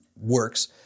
works